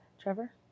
Trevor